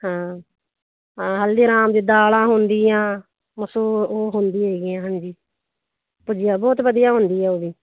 ਹਾਂ ਹਾਂ ਹਲਦੀ ਰਾਮ ਦੀ ਦਾਲਾਂ ਹੁੰਦੀਆਂ ਮਸੂ ਉਹ ਹੁੰਦੀਆਂ ਹੈਗੀਆਂ ਹਾਂਜੀ ਭੁੱਜੀਆਂ ਬਹੁਤ ਵਧੀਆ ਹੁੰਦੀ ਹੈ ਉਹ ਵੀ